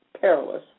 perilous